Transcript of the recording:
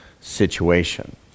situation